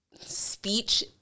speech